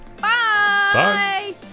Bye